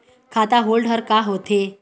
खाता होल्ड हर का होथे?